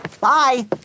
Bye